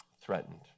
Threatened